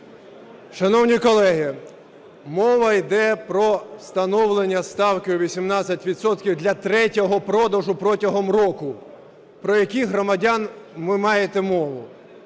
Шановні колеги, мова йде про встановлення ставки у 18 відсотків для третього продажу протягом року. Про яких громадян ви маєте мову?